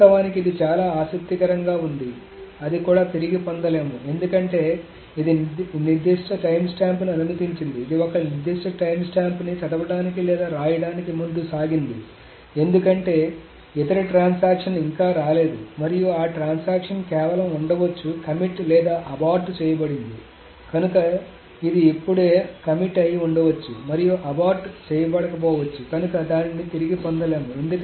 వాస్తవానికి ఇది చాలా ఆసక్తికరంగా ఉంది అది కూడా తిరిగి పొందలేము ఎందుకంటే ఇది నిర్దిష్ట టైమ్స్టాంప్ని అనుమతించింది ఇది ఒక నిర్దిష్ట ట్రాన్సాక్షన్ ని చదవడానికి లేదా వ్రాయడానికి ముందుకు సాగింది ఎందుకంటే ఇతర ట్రాన్సాక్షన్ ఇంకా రాలేదు మరియు ఆ ట్రాన్సాక్షన్ కేవలం ఉండవచ్చు కమిట్ లేదా అబార్ట్ చేయబడింది కనుక ఇది ఇప్పుడే కమిట్ అయ్యి ఉండవచ్చు మరియు అబార్ట్ చేయబడకపోవచ్చు కనుక దానిని తిరిగి పొందలేము